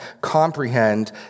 comprehend